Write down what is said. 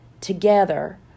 together